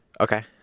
Okay